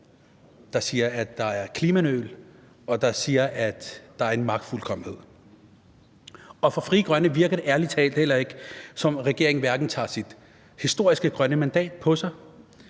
der siger, at der er klimanøl, og siger, at der er en magtfuldkommenhed. For Frie Grønne virker det ærlig talt heller ikke, som om regeringen tager sit historiske grønne mandat på sig